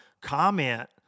comment